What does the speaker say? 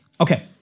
okay